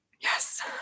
Yes